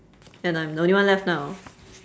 and I'm the only one left now